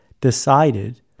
decided